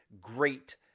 great